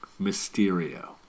Mysterio